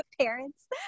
parents